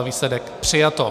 Výsledek: přijato.